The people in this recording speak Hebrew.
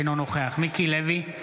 אינו נוכח מיקי לוי,